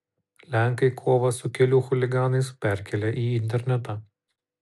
lenkai kovą su kelių chuliganais perkelia į internetą